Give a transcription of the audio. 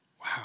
Wow